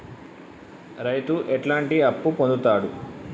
రైతు ఎట్లాంటి అప్పు పొందుతడు?